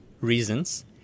reasons